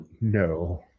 No